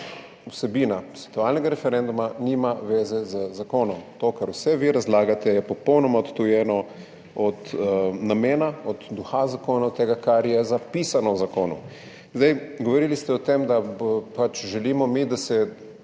vsebina posvetovalnega referenduma nima zveze z zakonom. Vse to, kar vi razlagate, je popolnoma odtujeno od namena, od duha zakona, od tega, kar je zapisano v zakonu. Govorili ste o tem, da mi želimo, da se